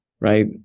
right